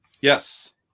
Yes